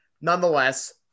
Nonetheless